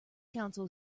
council